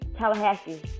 Tallahassee